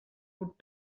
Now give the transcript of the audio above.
would